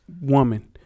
woman